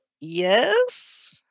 yes